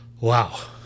Wow